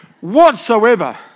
Whatsoever